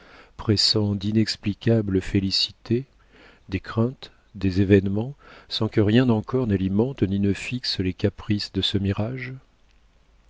pressent d'inexplicables félicités des craintes des événements sans que rien encore n'alimente ni ne fixe les caprices de ce mirage